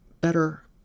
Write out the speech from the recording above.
better